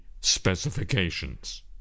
specifications